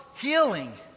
healing